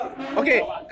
okay